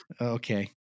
Okay